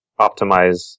optimize